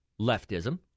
leftism